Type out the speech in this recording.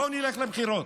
בואו נלך לבחירות.